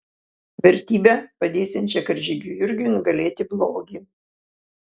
vertybe padėsiančia karžygiui jurgiui nugalėti blogį